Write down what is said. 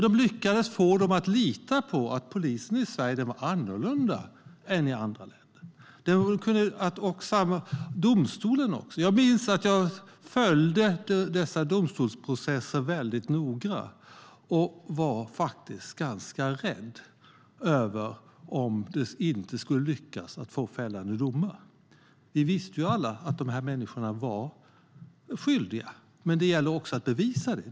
De lyckades få dem att lita på att polisen och även domstolen i Sverige var annorlunda än i andra länder. Jag följde domstolsprocesserna noga och var faktiskt ganska rädd för att man inte skulle lyckas att få fällande domar. Vi visste alla att dessa människor var skyldiga, men det gällde att bevisa det.